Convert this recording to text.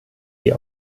sie